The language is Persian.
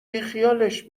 بیخیالش